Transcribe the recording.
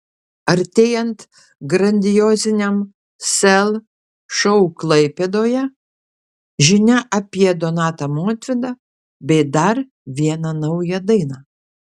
artėjant grandioziniam sel šou klaipėdoje žinia apie donatą montvydą bei dar vieną naują dainą